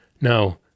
Now